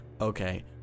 Okay